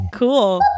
Cool